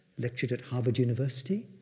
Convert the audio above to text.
lectured at harvard university.